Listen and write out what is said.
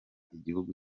igihugu